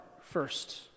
first